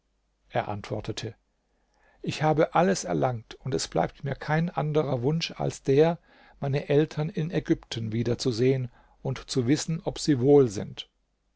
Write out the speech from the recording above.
er antwortete ich habe alles erlangt es bleibt mir kein anderer wunsch als der meine eltern in ägypten wieder zu sehen und zu wissen ob sie wohl sind